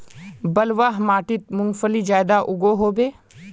बलवाह माटित मूंगफली ज्यादा उगो होबे?